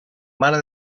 mare